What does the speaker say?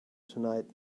tonight